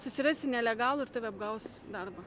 susirasi nelegalų ir tave apgaus darbą